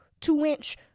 two-inch